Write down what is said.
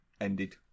ended